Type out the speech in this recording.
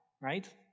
right